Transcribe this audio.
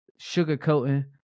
sugarcoating